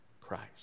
Christ